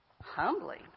Humbly